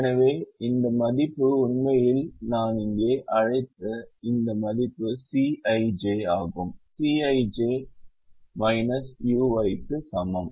எனவே இந்த மதிப்பு உண்மையில் நான் இங்கே அழைத்த இந்த மதிப்பு Cꞌij ஆகும் Cꞌij அசல் Cij ui க்கு சமம்